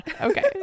Okay